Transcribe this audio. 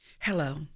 Hello